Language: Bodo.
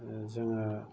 जोङो